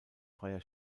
freier